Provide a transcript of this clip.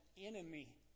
enemy